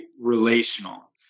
relational